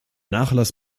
nachlass